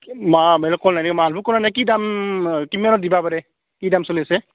মা কল এনেই মালভোগ কল এনেই কি দাম কিমানত দিবা পাৰে কি দাম চলি আছে